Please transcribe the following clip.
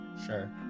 Sure